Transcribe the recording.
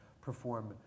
perform